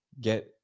get